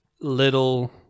little